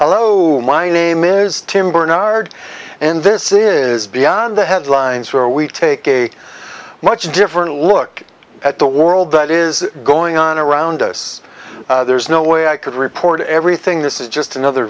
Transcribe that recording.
hello my name is tim bernard and this is beyond the headlines where we take a much different look at the world that is going on around us there is no way i could report everything this is just another